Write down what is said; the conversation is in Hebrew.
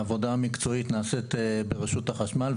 העבודה המקצועית נעשית ברשות החשמל,